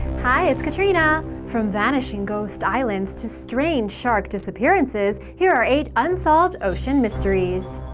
hi, it's katrina! from vanishing ghost islands to strange shark disappearances, here eight unsolved ocean mysteries.